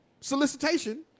solicitation